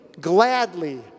gladly